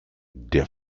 der